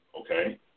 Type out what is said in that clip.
okay